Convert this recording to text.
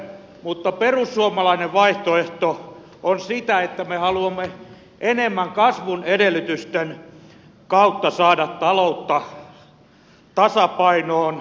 mutta perussuomalainen vaihtoehto on sitä että me haluamme enemmän kasvun edellytysten kautta saada ta loutta tasapainoon